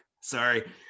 sorry